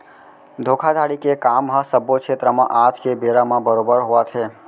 धोखाघड़ी के काम ह सब्बो छेत्र म आज के बेरा म बरोबर होवत हे